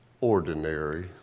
ordinary